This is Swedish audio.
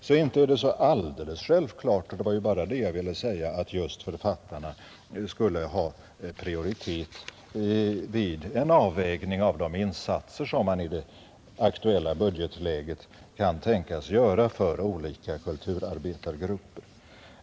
Så inte är det alldeles självklart — och det var bara det jag ville säga — att just författarna skulle ha prioritet vid avvägning av de insatser man i det aktuella budgetläget kan tänkas göra för olika kulturarbetargrupper.